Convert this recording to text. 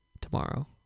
tomorrow